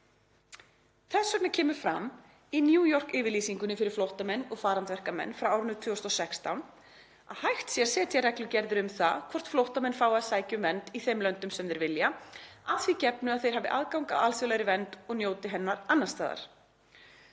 Þess vegna kemur fram í New York-yfirlýsingunni fyrir flóttamenn og farandverkamenn frá árinu 2016 að hægt sé að setja reglugerðir um það hvort flóttamenn fái að sækja um vernd í þeim löndum sem þeir vilja, að því gefnu að þeir hafi aðgang að alþjóðlegri vernd og njóti hennar annars staðar.